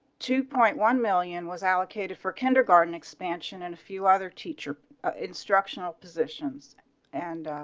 two point one million was allocated for kindergarten expansion and a few other teacher instructional positions and ah